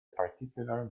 particular